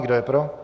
Kdo je pro?